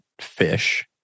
fish